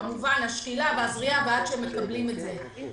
כמובן, השתילה והזריעה ועד שמקבלים את זה.